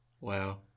Wow